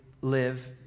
live